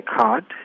card